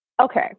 Okay